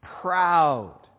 proud